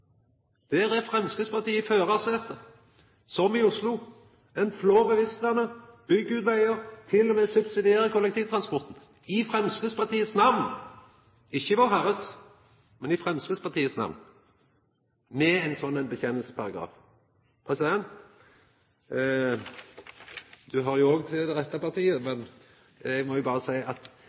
Der er Framstegspartiet i førarsetet, som i Oslo. Dei flår bilistane, byggjer ut vegar, og dei til og med subsidierer kollektivtransporten i Framstegspartiets namn, ikkje i Vårherres, men i Framstegspartiets namn, med ein slik vedkjenningsparagraf. Presidenten høyrer jo òg til det rette partiet. Eg må berre seia at